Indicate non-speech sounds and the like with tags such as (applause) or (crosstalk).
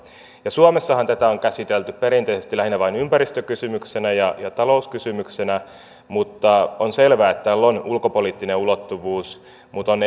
suomessahan tätä on käsitelty perinteisesti lähinnä vain ympäristökysymyksenä ja talouskysymyksenä mutta on selvää että tällä on ulkopoliittinen ulottuvuus mutta on (unintelligible)